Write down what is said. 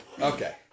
Okay